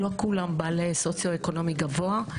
לא כולם במעמד סוציו-אקונומי גבוה.